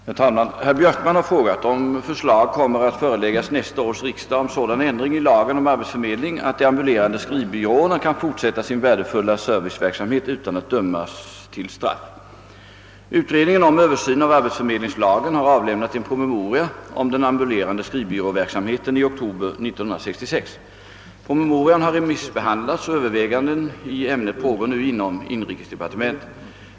Herr talman! Herr Björkman har frågat om förslag kommer att föreläggas nästa års riksdag om sådan ändring i lagen om arbetsförmedling att de ambulerande skrivbyråerna kan fortsätta sin värdefulla serviceverksamhet utan att dömas till straff. Utredningen om översyn av arbetsförmedlingslagen har avlämnat en promemoria om den ambulerande skrivbyråverksamheten i oktober 1966. Promemorian har remissbehandlats och överväganden i ämnet pågår nu inom inrikesdepartementet.